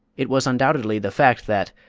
it was undoubtedly the fact that,